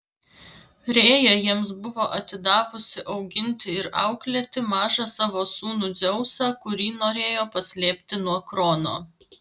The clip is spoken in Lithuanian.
rėja jiems buvo atidavusi auginti ir auklėti mažą savo sūnų dzeusą kurį norėjo paslėpti nuo krono